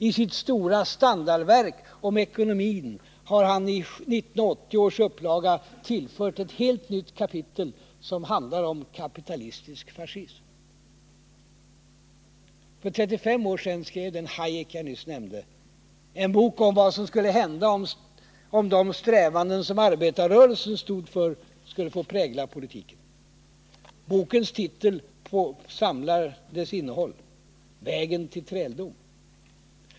I sitt stora standardverk om ekonomin har Paul Samuelson i 1980 års upplaga tillfört ett nytt kapitel som handlar om kapitalistisk fascism. För 35 år sedan skrev Hayek en bok om vad som skulle hända om de strävanden som arbetarrörelsen stod för skulle få prägla politiken. Bokens titel sammanfattar dess innehåll: Vägen till träldom.